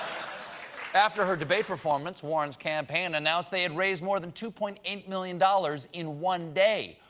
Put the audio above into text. after her debate performance, warren's campaign announced they had raised more than two point eight million dollars in one day.